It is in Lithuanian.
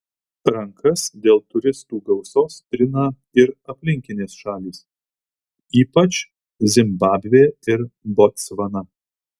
rankas dėl turistų gausos trina ir aplinkinės šalys ypač zimbabvė ir botsvana